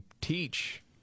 teach